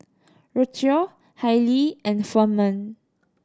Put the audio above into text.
Rocio Hailee and Ferman